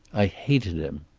i hated him.